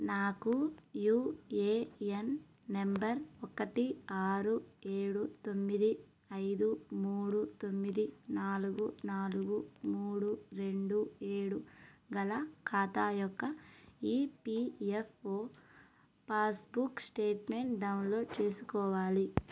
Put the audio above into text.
నాకు UAN number ఒకటి ఆరు ఏడు తొమ్మిది ఐదు మూడు తొమ్మిది నాలుగు నాలుగు మూడు రెండు ఏడు గల ఖాతా యొక్క ఈపిఎఫ్ఓ పాస్బుక్ స్టేట్మెంట్ డౌన్లోడ్ చేసుకోవాలి